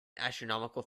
astronomical